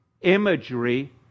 imagery